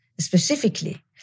specifically